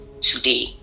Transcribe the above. today